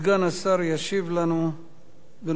סגן השר ישיב לנו בנושא